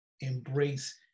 Embrace